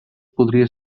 podria